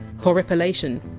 horripilation!